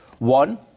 One